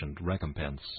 recompense